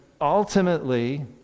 ultimately